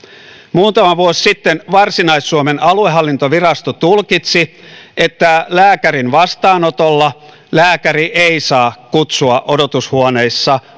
muutama vuosi sitten varsinais suomen aluehallintovirasto tulkitsi että lääkärin vastaanotolla lääkäri ei saa kutsua odotushuoneessa